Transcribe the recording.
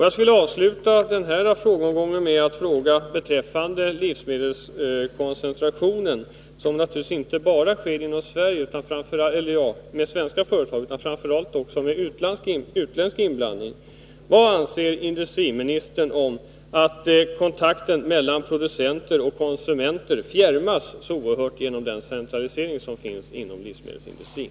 Jag skulle vilja avsluta den här frågeomgången med att fråga beträffande koncentrationen av livsmedelsproduktionen, som naturligtvis inte bara gäller svenska företag utan framför allt företag med utländsk inblandning: Vad anser industriministern om att producenter och konsumenter fjärmas så oerhört från varandra som sker genom den koncentration som finns inom livsmedelsindustrin?